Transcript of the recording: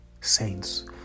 saints